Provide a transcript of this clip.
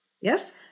Yes